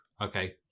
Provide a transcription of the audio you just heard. Okay